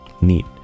neat